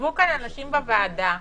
ישבו כאן אנשים בוועדה,